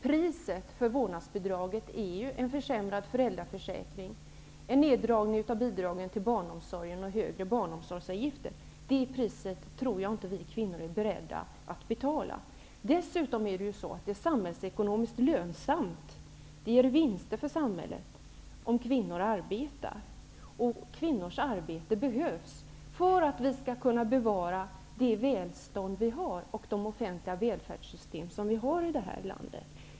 Priset för vårdnadsbidraget är en försämrad föräldraförsäkring, en neddragning av bidragen till barnomsorgen och högre barnomsorgsavgifter. Det priset tror jag inte att vi kvinnor är beredda att betala. Dessutom är det samhällsekonomiskt lönsamt -- det ger vinster för samhället -- att kvinnor arbetar. Kvinnors arbete behövs för att vi skall kunna bevara det välstånd och de offentliga välfärdssystem som vi har i det här landet.